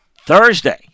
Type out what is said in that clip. Thursday